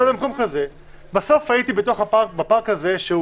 בסוף הייתי בפארק הזה, שהוא